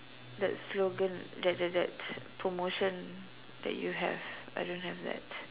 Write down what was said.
the slogan that that that promotion that you have I don't have that